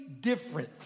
different